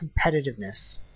competitiveness